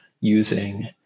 using